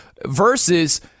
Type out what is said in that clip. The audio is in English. Versus